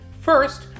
First